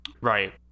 Right